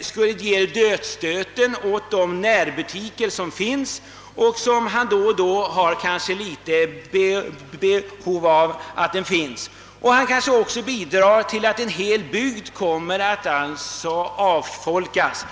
skulle ge dödsstöten åt de närbutiker som finns och som han då och då kanske har behov av. Han kanske också bidrar till att en hel bygd kommer att avfolkas.